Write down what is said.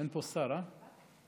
אין פה שר, אה?